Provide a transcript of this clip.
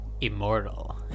immortal